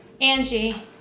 Angie